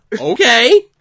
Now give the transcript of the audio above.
okay